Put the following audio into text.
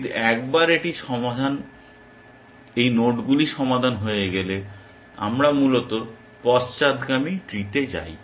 কিন্তু একবার এটি নোডগুলি সমাধান হয়ে গেলে আমরা মূলত পশ্চাদগামী ট্রিতে যাই